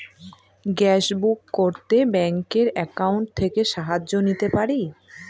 Gas book করতে ব্যাংকের account থেকে সাহায্য নিতে পারি?